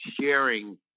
sharing